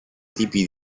tipi